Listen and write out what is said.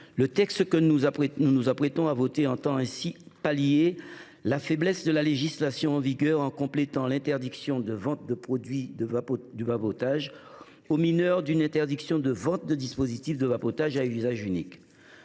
Le texte que nous nous apprêtons à voter vise à pallier la faiblesse de la législation en vigueur en ajoutant à l’interdiction de vente des produits du vapotage aux mineurs celle de la vente de dispositifs de vapotage à usage unique.